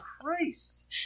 Christ